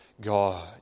God